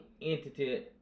entity